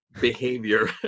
Behavior